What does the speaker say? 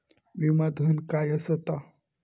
विमा धन काय असता?